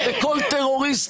לכל טרוריסט,